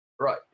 Right